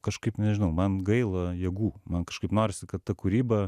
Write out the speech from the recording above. kažkaip nežinau man gaila jėgų man kažkaip norisi kad ta kūryba